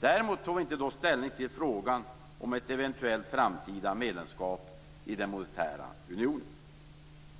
Däremot tog man inte ställning till frågan om ett eventuellt framtida medlemskap i den monetära unionen.